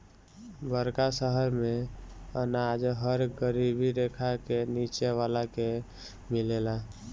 बड़का शहर मेंअनाज हर गरीबी रेखा के नीचे वाला के मिलेला